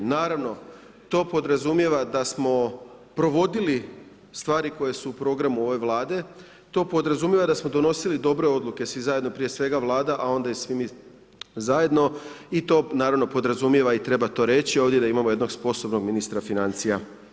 Naravno to podrazumijeva da smo provodili stvari koji su u programu ove Vlade, to podrazumijeva da smo donosili dobre odluke svi zajedno, prije svega Vlada a onda i svi mi zajedno i to naravno podrazumijeva i treba to reći ovdje da imamo jednog sposobnog ministra financija.